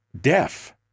deaf